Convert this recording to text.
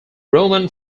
roman